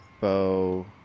bow